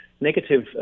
negative